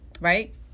right